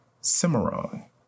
cimarron